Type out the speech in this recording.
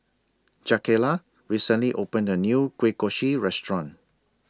Jakayla recently opened A New Kueh Kosui Restaurant